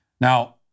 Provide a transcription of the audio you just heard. Now